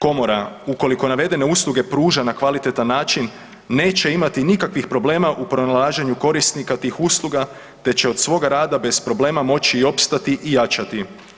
Komora ukoliko navedene usluge pruža na kvalitetan način neće imati nikakvih problema u pronalaženju korisnika tih usluga te će od svog rada bez problema moći i opstati i jačati.